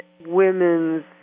women's